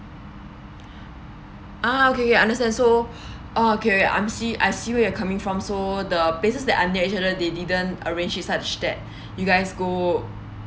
ah okay okay understand so uh okay I'm see I see where you are coming from so the places that are near each other they didn't arrange it such that you guys go